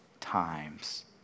times